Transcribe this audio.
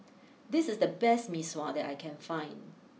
this is the best Mee Sua that I can find